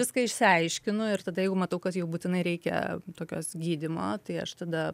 viską išsiaiškinu ir tada jeigu matau kad jau būtinai reikia tokios gydymo tai aš tada